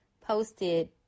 posted